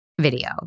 video